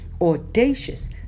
audacious